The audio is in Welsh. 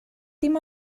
dim